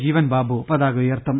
ജീവൻബാബു പതാക ഉയർത്തും